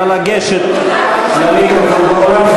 נא לגשת למיקרופון באולם.